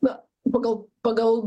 na pagal pagal